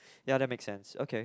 ya that make sense okay